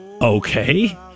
Okay